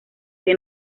que